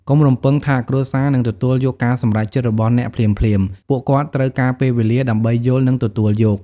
កុំរំពឹងថាគ្រួសារនឹងទទួលយកការសម្រេចចិត្តរបស់អ្នកភ្លាមៗ ពួកគាត់ត្រូវការពេលវេលាដើម្បីយល់ និងទទួលយក។